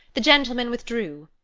the gentlemen withdrew.